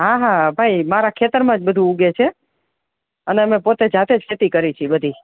હા હા ભાઈ મારા ખેતરમાં જ બધુ ઉગે છે અને અમે પોતે જાતે ખેતી કરી છે બધી